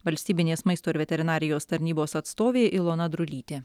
valstybinės maisto ir veterinarijos tarnybos atstovė ilona drulytė